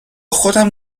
خودم